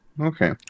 Okay